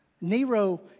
Nero